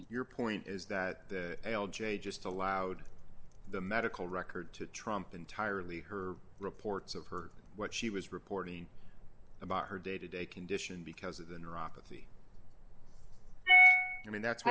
your point is that the l j just allowed the medical record to trump entirely her reports of her what she was reporting about her day to day condition because of the neuropathy i mean that's